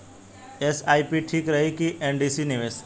SIP ठीक रही कि एन.सी.डी निवेश?